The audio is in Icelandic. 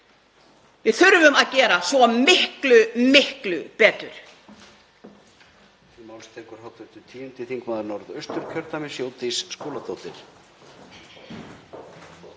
Við þurfum að gera svo miklu, miklu betur.